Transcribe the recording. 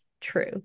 true